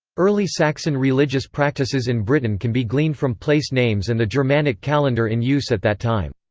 early saxon religious practices in britain can be gleaned from place names and the germanic calendar in use at that time.